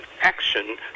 action